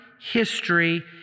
history